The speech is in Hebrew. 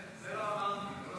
זה לא אמרתי, הוא לא